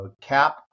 cap